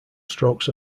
strokes